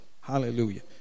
Hallelujah